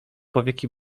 powieki